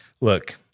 Look